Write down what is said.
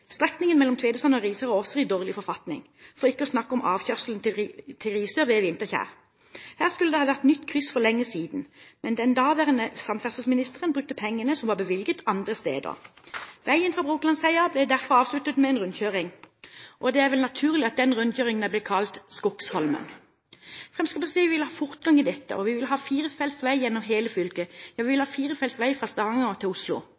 Strekningen mellom Tvedestrand og Risør er også i dårlig forfatning, for ikke å snakke om avkjørselen til Risør ved Vinterkjær. Her skulle det ha vært nytt kryss for lenge siden, men den daværende samferdselsministeren brukte pengene som var bevilget, andre steder. Veien fra Brokelandsheia ble derfor avsluttet med en rundkjøring. Det er vel naturlig at den rundkjøringen er blitt kalt Skogsholmen. Fremskrittspartiet vil ha fortgang i dette. Vi vil ha firefelts vei gjennom hele fylket – ja, vi vil ha firefelts vei fra Stavanger til Oslo.